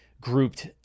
grouped